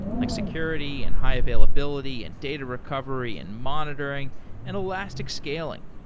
like security, and high availability, and data recovery, and monitoring, and elastic scaling.